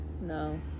no